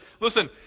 listen